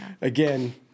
again